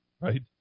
right